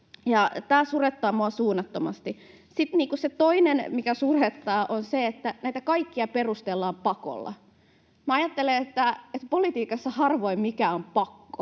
Tämä surettaa minua suunnattomasti. Sitten toinen, mikä surettaa, on se, että näitä kaikkia perustellaan pakolla. Minä ajattelen, että politiikassa harvoin mikään on pakko.